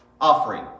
offering